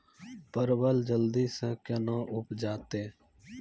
परवल जल्दी से के ना उपजाते?